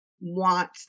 want